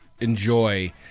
enjoy